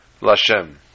l'ashem